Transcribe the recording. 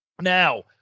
Now